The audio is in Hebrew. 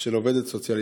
של עובדת סוציאלית.